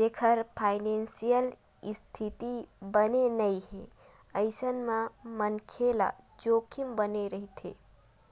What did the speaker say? जेखर फानेसियल इस्थिति बने नइ हे अइसन म मनखे ल जोखिम बने रहिथे